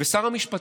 ושר המשפטים.